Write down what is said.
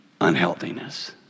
unhealthiness